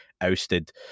ousted